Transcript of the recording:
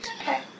Okay